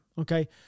Okay